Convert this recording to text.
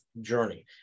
journey